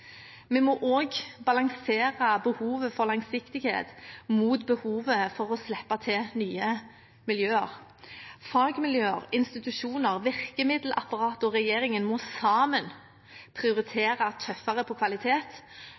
Vi må også balansere behovet for langsiktighet mot behovet for å slippe til nye miljøer. Fagmiljøer, institusjoner, virkemiddelapparatet og regjeringen må sammen prioritere tøffere på kvalitet